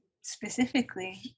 specifically